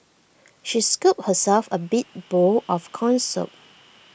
she scooped herself A big bowl of Corn Soup